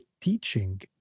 teaching